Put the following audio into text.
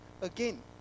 again